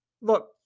Look